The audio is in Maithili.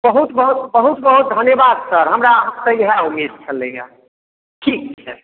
बहुत बहुत बहुत बहुत धन्यवाद सर हमरा अहाँसे इएह उम्मीद छलैया ठीक छै